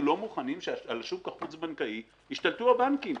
לא מוכנים שעל השוק החוץ בנקאי ישתלטו הבנקים.